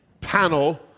panel